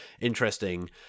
interesting